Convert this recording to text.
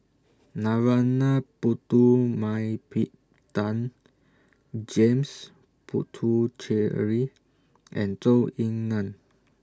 Narana Putumaippittan James Puthucheary and Zhou Ying NAN